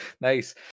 Nice